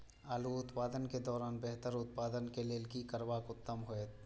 आलू उत्पादन के दौरान बेहतर उत्पादन के लेल की करबाक उत्तम होयत?